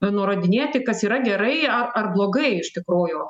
nurodinėti kas yra gerai ar blogai iš tikrųjų